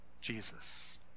Jesus